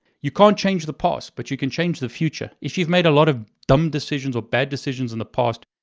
you can't change the past, but you can change the future. if you've made a lot of dumb decisions, or bad decisions in the past,